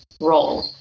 role